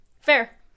Fair